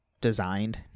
designed